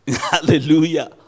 Hallelujah